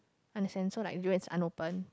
unless so like durian is unopen